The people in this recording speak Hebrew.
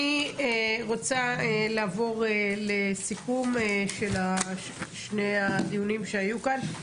אני רוצה לעבור לסיכום של שני הדיונים שהיו כאן.